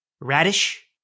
Radish